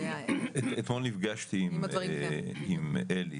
אתמול נפגשתי עם אלי,